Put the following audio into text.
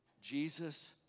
Jesus